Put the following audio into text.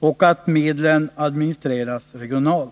och att medlen administreras regionalt.